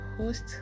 host